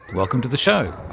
welcome to the show.